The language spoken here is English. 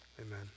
Amen